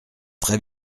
très